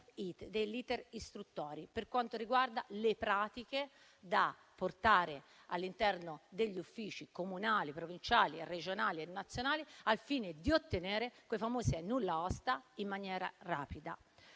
per quanto riguarda le pratiche da portare all'interno degli uffici comunali, provinciali, regionali e nazionali, al fine di ottenere i famosi nulla osta in maniera rapida.